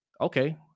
Okay